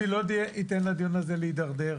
אני לא אתן לדיון הזה להידרדר.